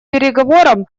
переговорам